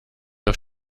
auf